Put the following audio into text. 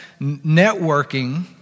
networking